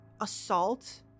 assault